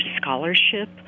scholarship